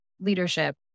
leadership